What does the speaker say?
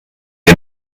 wir